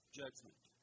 judgment